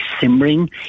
simmering